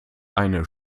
eine